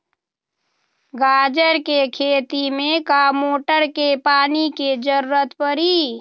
गाजर के खेती में का मोटर के पानी के ज़रूरत परी?